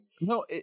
no